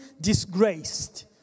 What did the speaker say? disgraced